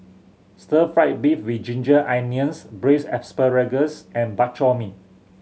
Stir Fry beef with ginger onions Braised Asparagus and Bak Chor Mee